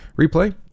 replay